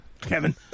Kevin